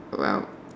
well